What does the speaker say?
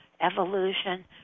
evolution